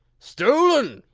stolen!